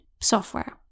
software